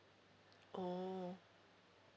oh